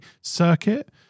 circuit